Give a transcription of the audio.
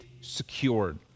secured